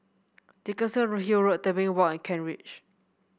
Dickenson Road Hill Road Tebing Walk and Kent Ridge